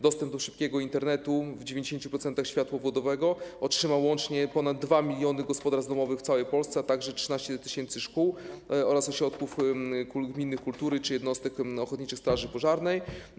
Dostęp do szybkiego Internetu, w 90% światłowodowego, otrzyma łącznie ponad 2 mln gospodarstw domowych w całej Polsce, a także 13 tys. szkół oraz ośrodków gminy, kultury czy jednostek ochotniczej straży pożarnej.